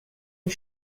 les